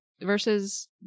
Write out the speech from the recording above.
versus